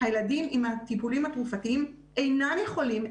הילדים עם הטיפולים התרופתיים אינם יכולים,